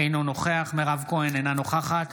אינו נוכח מירב כהן, אינה נוכחת